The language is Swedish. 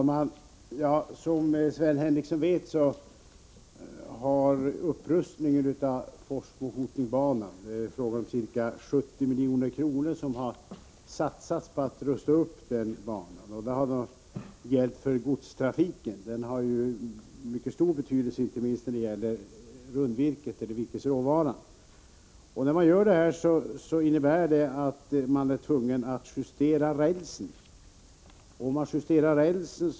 Herr talman! Som Sven Henricsson vet har ca 70 milj.kr. satsats på en upprustning av Forsmo-Hoting-banan. Det gäller då godstrafiken, som har mycket stor betydelse inte minst när det gäller transporter av rundvirket, virkesråvaran. Man är dock tvungen att justera rälsen.